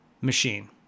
machine